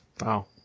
Wow